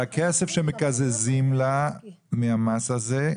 שהכסף שמקזזים לה מהמס הזה,